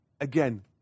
again